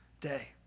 day